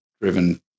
driven